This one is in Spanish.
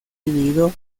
dividido